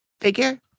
figure